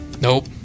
Nope